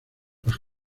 los